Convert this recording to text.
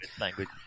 language